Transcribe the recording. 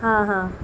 ہاں ہاں